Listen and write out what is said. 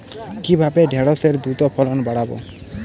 কিভাবে ঢেঁড়সের দ্রুত ফলন বাড়াব?